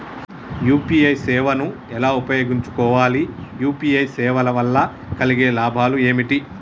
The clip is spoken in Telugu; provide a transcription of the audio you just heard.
యూ.పీ.ఐ సేవను ఎలా ఉపయోగించు కోవాలి? యూ.పీ.ఐ సేవల వల్ల కలిగే లాభాలు ఏమిటి?